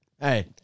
Hey